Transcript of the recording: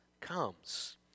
comes